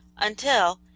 until,